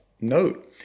note